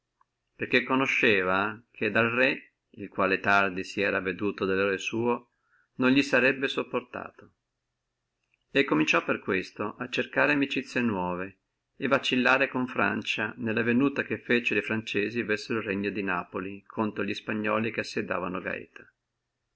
perché conosceva come dal re il quale tardi si era accorto dello errore suo non li sarebbe sopportato e cominciò per questo a cercare di amicizie nuove e vacillare con francia nella venuta che feciono franzesi verso el regno di napoli contro alli spagnuoli che assediavono gaeta